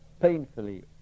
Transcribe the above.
painfully